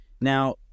Now